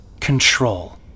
control